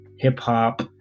hip-hop